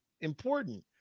important